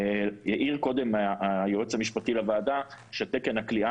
העיר קודם היועץ המשפטי לוועדה שתקן הכליאה